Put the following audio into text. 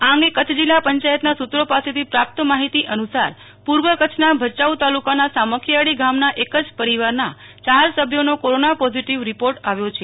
આ અંગે કચ્છ જિલ્લા પંચાયતના સુત્રો પાસેથી પ્રાપ્ત માહિતી અનુસાર પૂર્વ કચ્છના ભચાઉ તાલુકાના સામખિયાળી ગામના એક જ પરિવારના ચાર સભ્યોનો કોરોના પોઝિટિવ રિપોર્ટ આવ્યો છે